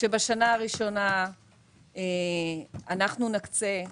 שבשנה הראשונה אנחנו נקצה,